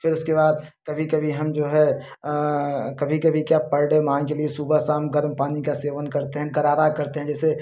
फिर उसके बाद कभी कभी हम जो है कभी कभी क्या पर डे मान जली सुबह शाम गर्म पानी का सेवन करते हैं गरारा करते हैं जैसे